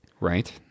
Right